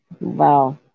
Wow